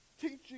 teaching